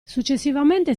successivamente